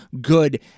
good